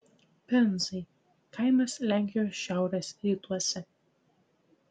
penzai kaimas lenkijos šiaurės rytuose